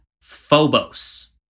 Phobos